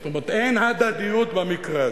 זאת אומרת, אין הדדיות במקרה הזה.